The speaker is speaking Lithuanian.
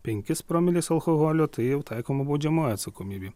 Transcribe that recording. penkis promilės alkoholio tai jau taikoma baudžiamoji atsakomybė